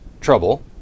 trouble